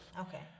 Okay